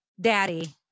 daddy